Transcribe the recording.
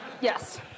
Yes